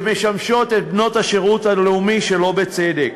שמשמשות את בנות השירות הלאומי שלא בצדק.